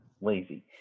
Lazy